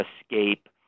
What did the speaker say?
escape